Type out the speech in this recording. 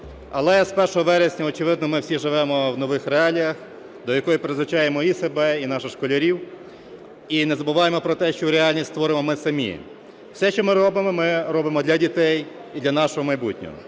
Але з 1 вересня, очевидно, ми всі живемо в нових реаліях, до яких призвичаїмо і себе, і наших школярів, і не забуваємо про те, що реальність створюємо ми самі. Все, що ми робимо, ми робимо для дітей і для нашого майбутнього.